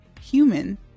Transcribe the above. human